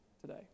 today